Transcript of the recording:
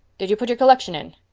did you put your collection in?